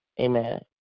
Amen